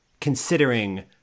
considering